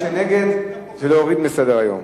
מי שנגד זה להוריד מסדר-היום.